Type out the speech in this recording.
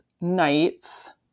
nights